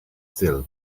still